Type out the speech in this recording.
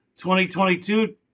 2022